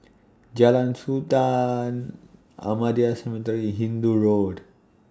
Jalan Sultan Ahmadiyya Cemetery Hindoo Road